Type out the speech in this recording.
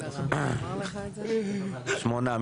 שמונה.